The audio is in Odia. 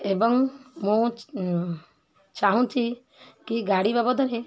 ଏବଂ ମୁଁ ଚାହୁଁଛି କି ଗାଡ଼ି ବାବଦରେ